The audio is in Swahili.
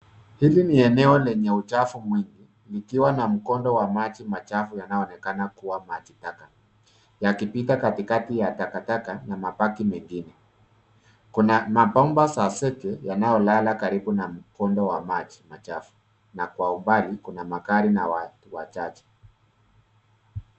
Hili ni eneo lenye uchafu mingi likiwa na mkondo wa maji machafu yanayonekana kuwa majitaka, yakipita katikati ya takataka na mabaki mengine. Kuna mabomba za siki yanayolala karibu na mkondo wa maji machafu na kwa umbali kuna magari na watu wachache.